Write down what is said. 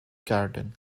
garden